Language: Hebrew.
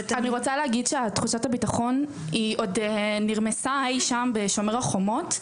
אני רוצה להגיד שתחושת הביטחון היא עוד נרמסה אי שם ב"שומר חומות".